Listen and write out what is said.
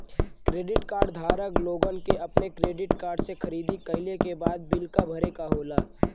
credit card धारक लोगन के अपने क्रेडिट कार्ड से खरीदारी कइले के बाद बिल क भरे क होला